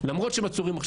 למרות שהם עצורים,